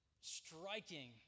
striking